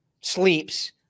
sleeps